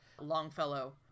Longfellow